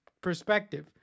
perspective